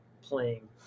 playing